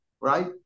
right